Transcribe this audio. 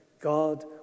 God